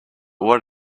what